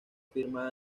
firma